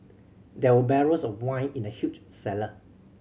there were barrels of wine in the huge cellar